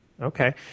Okay